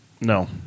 No